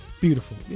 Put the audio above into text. beautiful